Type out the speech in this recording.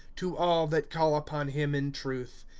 to all that call upon him in truth.